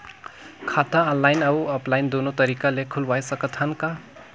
खाता ऑनलाइन अउ ऑफलाइन दुनो तरीका ले खोलवाय सकत हन का?